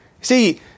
See